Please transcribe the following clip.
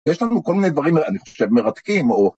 יש לנו כל מיני דברים, אני חושב שהם מרתקים או...